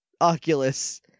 Oculus